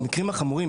במקרים החמורים,